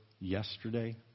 yesterday